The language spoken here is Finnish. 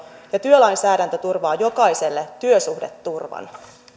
ja työlainsäädäntö turvaa jokaiselle työsuhdeturvan